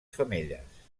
femelles